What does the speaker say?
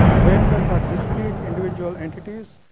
brain cells are discrete individual entities,